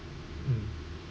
mm